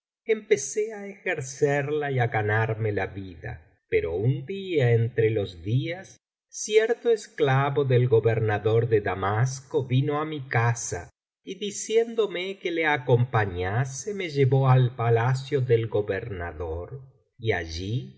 empecé á ejercerla y á ganarme ia vida pero un día entre los días cierto esclavo del gobernador de damasco vino á mi casa y cliciéndome que le acompañase me llevó al palacio del gobernador y allí